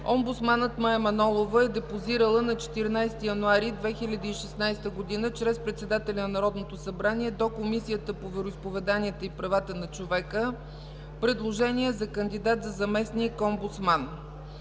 омбудсманът Мая Манолова е депозирала на 14 януари 2016 г., чрез председателя на Народното събрание до Комисията по вероизповеданията и правата на човека, предложение за кандидат за заместник-омбудсман.